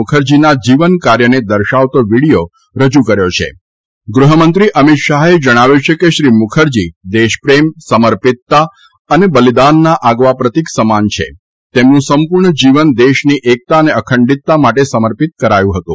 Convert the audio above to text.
મુખરજીના જીવનકાર્યનાદર્શાવતો વિડિયો રજૂ કર્યો છા ગૃહમંત્રી અમિત શાહે જણાવ્યું છાકે શ્રી મુખરજી દેશપ્રશ્ન સમાર્વિ તતા અનાબલિદાનના આગવા પ્રતિક સમાન છ તુપ્પનું સંપૂર્ણ જીવન દેશની એકતા અનાઅખંડિતતા માટે સમર્પિત કરાયું હતું